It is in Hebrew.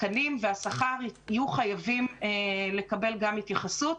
התקנים והשכר יהיו חייבים לקבל התייחסות.